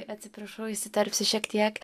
atsiprašau įsiterpsiu šiek tiek